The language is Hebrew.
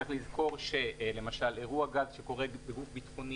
צריך לזכור שלמשל אירוע גז שקורה בגוף ביטחוני